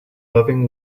loving